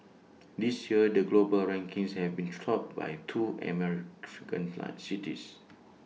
this year the global rankings have been topped by two cities